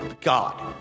God